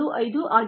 75 ಆಗಿದೆ